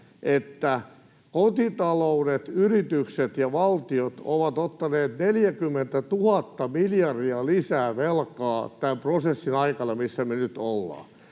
että kotitaloudet, yritykset ja valtio ovat ottaneet 40 000 miljardia lisää velkaa tämän prosessin aikana, missä me nyt ollaan.